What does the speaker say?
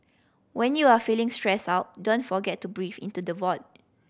when you are feeling stressed out don't forget to breath into the void